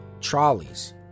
Trolley's